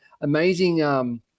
amazing